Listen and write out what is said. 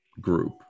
group